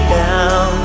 down